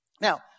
Now